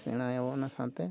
ᱥᱮᱬᱟᱭᱟᱵᱚᱱ ᱚᱱᱟ ᱥᱟᱶᱛᱮ